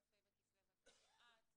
כ"ה בכסלו התשע"ט.